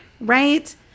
right